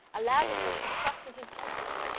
allowed herself to trust in his judgment,